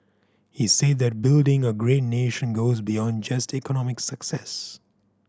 he said that building a great nation goes beyond just economic success